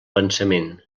pensament